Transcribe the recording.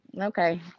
Okay